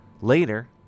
Later